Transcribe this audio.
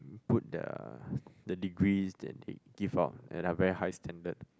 put the the degrees that they give from at a very high standard